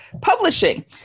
publishing